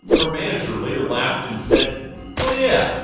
her manager later laughed and said oh yeah,